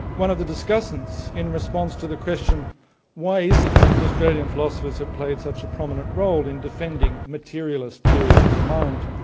one of the discussants in response to the question why is it that australian philosophers have played such a prominent role in defending materialist theories of the mind,